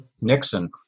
Nixon